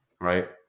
right